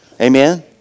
Amen